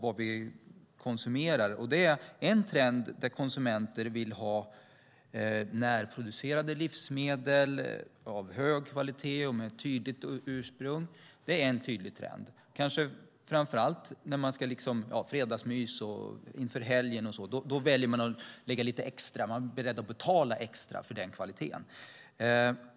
En trend är att konsumenter vill ha närproducerade livsmedel av hög kvalitet och med tydligt ursprung. Kanske gäller det framför allt fredagsmyset och under helgen. Då är man beredd att betala extra för kvalitet.